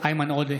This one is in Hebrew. איימן עודה,